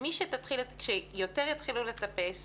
כשיותר נשים יתחילו לטפס,